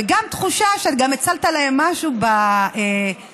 וגם תחושה שהצלת להם משהו בהכנסה.